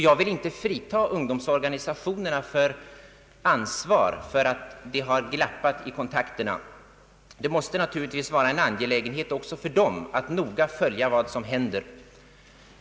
Jag vill inte frita ungdomsorganisationerna från ansvar för att det har glappat i kontakterna. Det måste naturligtvis vara en angelägenhet också för dem att noga följa vad som händer.